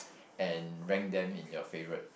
and rank them in your favorite